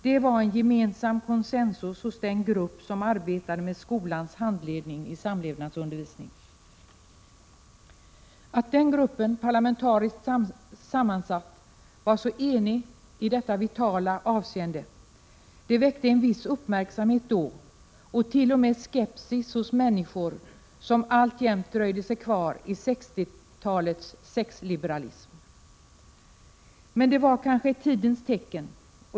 Det var en gemensam concensus hos den grupp som arbetade med skolans handledning i samlevnadsundervisning. Att den gruppen, parlamentariskt sammansatt, var så enig i detta vitala avseende väckte en viss uppmärksamhet då och t.o.m. skepsis hos människor som alltjämt dröjde sig kvar i 60-talets sexliberalism. Men det var kanske ett tidens tecken.